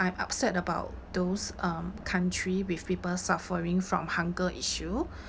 I'm upset about those um country with people suffering from hunger issue